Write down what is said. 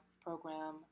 program